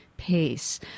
Pace